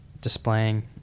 displaying